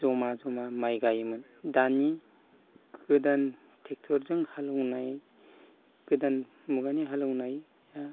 ज'मा ज'मा माइ गायोमोन दानि गोदान ट्रेक्ट'र जों हालौनाय गोदान मुगानि हालौनाया